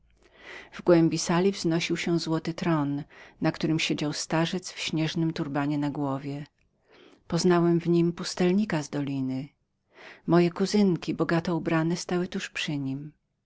sali wznosił się złoty tron na którym siedział starzec w śnieżnym turbanie na głowie poznałem w nim pustelnika z doliny moje kuzynki bogato ubrane stały tuż przy nim